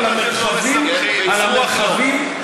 החלת ריבונות על המרחבים היהודיים,